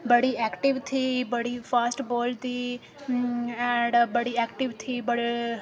बड़ी ऐक्टिव थी बड़ी फास्ट बोलदी ऐंड बड़ी ऐक्टिव थी